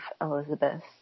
Elizabeth